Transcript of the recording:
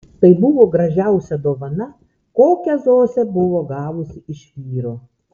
tai buvo gražiausia dovana kokią zosė buvo gavusi iš vyro